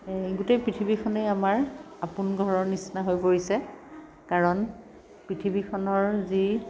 গোটেই পৃথিৱীখনে আমাৰ আপোন ঘৰৰ নিচিনা হৈ পৰিছে কাৰণ পৃথিৱীখনৰ যি